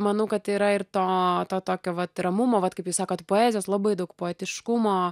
manau kad yra ir to to tokio vat ramumo vat kaip jūs sakot poezijos labai daug poetiškumo